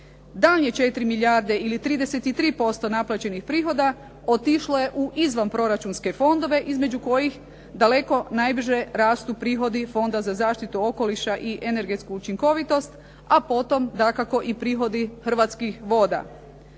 Daljnje 4 milijarde ili 33% naplaćenih prihoda otišlo je u izvanproračunske fondove između kojih daleko najduže rastu prihodi Fonda za zaštitu okoliša i energetsku učinkovitost a potom dakako i prihodi hrvatskih voda.